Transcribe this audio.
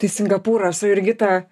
tai singapūrą su jurgita